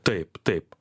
taip taip